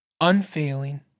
unfailing